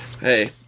Hey